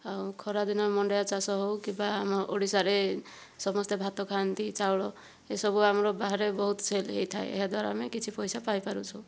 ଆଉ ଖରା ଦିନ ମାଣ୍ଡିଆ ଚାଷ ହେଉ କିମ୍ବା ଆମ ଓଡ଼ିଶାରେ ସମସ୍ତେ ଭାତ ଖାଆନ୍ତି ଚାଉଳ ଏସବୁ ଆମର ବାହାରେ ବହୁତ ସେଲ୍ ହୋଇଥାଏ ଏହାଦ୍ଵାରା ଆମେ କିଛି ପଇସା ପାଇପାରୁଛୁ